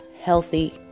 healthy